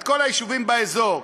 את כל היישובים באזור,